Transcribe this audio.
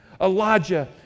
Elijah